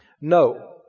No